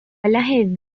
la